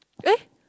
eh